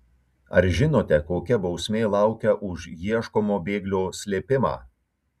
ar žinote kokia bausmė laukia už ieškomo bėglio slėpimą